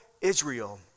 Israel